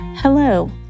Hello